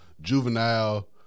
Juvenile